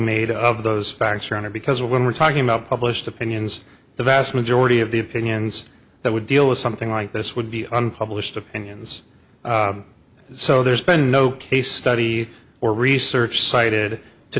made of those facts around her because when we're talking about published opinions the vast majority of the opinions that would deal with something like this would be unpublished opinions so there's been no case study or research cited to